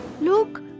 Look